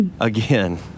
Again